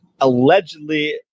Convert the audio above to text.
allegedly